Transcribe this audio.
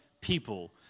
people